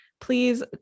please